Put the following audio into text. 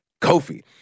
Kofi